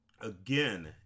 again